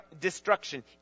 destruction